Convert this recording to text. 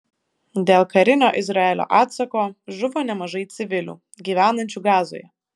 dėl karinio izraelio atsako žuvo nemažai civilių gyvenančių gazoje